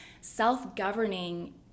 self-governing